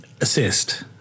assist